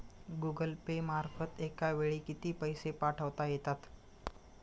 Google pay मार्फत एका वेळी किती पैसे पाठवता येतात?